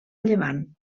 llevant